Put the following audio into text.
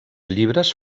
llibres